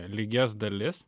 lygias dalis